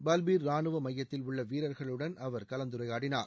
பல்பீர் ராணுவ மையத்தில் உள்ள வீரா்களுடன் அவா் கலந்துரையாடினார்